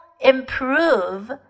improve